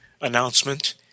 announcement